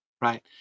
right